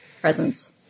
presence